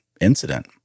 incident